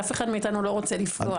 אף אחד מאתנו לא רוצה לפגוע.